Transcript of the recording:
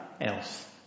else